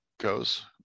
goes